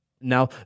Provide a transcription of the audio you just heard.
Now